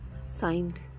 signed